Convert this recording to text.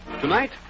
Tonight